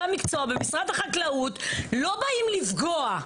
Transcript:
המקצוע במשרד החקלאות לא באים לפגוע.